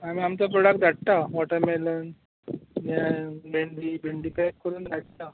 आमी आमचो प्रोडाक्ड धाडटा वॉटरमेलन हे भेंडी भेंडी पेक करून धाडटा